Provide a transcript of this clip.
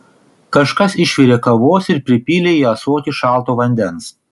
kažkas išvirė kavos ir pripylė į ąsotį šalto vandens